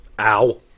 Ow